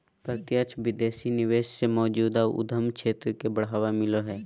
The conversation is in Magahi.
प्रत्यक्ष विदेशी निवेश से मौजूदा उद्यम क्षेत्र के बढ़ावा मिलो हय